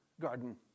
garden